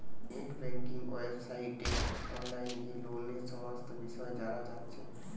net banking ওয়েবসাইটে online গিয়ে লোনের সমস্ত বিষয় জানা যাচ্ছে